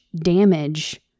damage